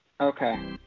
Okay